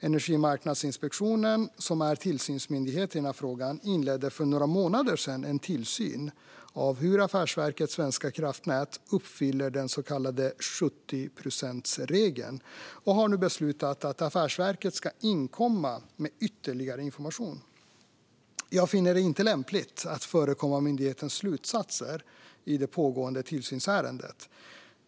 Energimarknadsinspektionen, som är tillsynsmyndighet i den här frågan, inledde för några månader sedan en tillsyn av hur Affärsverket svenska kraftnät uppfyller den så kallade 70-procentsregeln och har nu beslutat att affärsverket ska inkomma med ytterligare information. Jag finner det inte lämpligt att förekomma myndighetens slutsatser i det pågående tillsynsärendet.